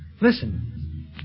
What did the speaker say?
Listen